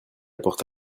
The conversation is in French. porte